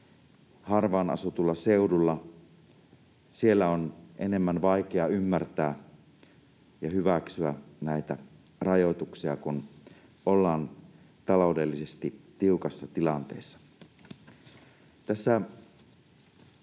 harvaan asutulla seudulla, on enemmän vaikeaa ymmärtää ja hyväksyä näitä rajoituksia, kun ollaan taloudellisesti tiukassa tilanteessa.